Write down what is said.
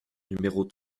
numéros